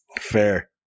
Fair